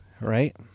Right